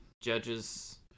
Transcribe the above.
judges